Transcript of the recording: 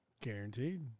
Guaranteed